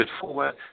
forward